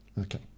okay